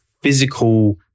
physical